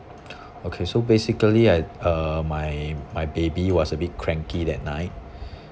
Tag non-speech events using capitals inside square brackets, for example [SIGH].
[BREATH] okay so basically I uh my my baby was a bit cranky that night [BREATH]